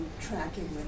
tracking